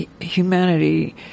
humanity